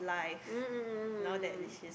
mm mm mm mm mm